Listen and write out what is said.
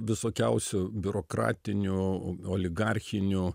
visokiausių biurokratinių oligarchinių